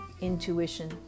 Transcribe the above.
Intuition